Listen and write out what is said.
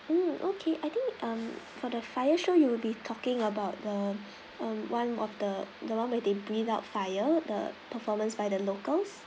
mm okay I think um for the fire show you'll be talking about the um one of the the one where they breathe out fire the performance by the locals